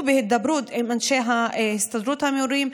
בהידברות עם אנשי הסתדרות המורים,